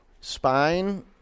Spine